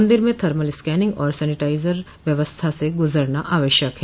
मंदिर में thermal scanning और सैनिटाइजर व्यवस्था से गुजरना आवश्यक है